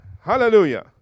Hallelujah